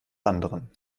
anderen